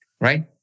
right